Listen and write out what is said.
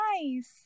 nice